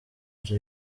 nzu